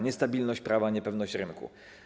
Niestabilność prawa, niepewność rynku.